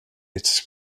its